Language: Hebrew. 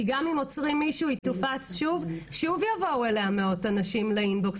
גם אם עוצרים מישהו והיא תופץ שוב ושוב יבואו אליה מאות אנשים לאינבוקס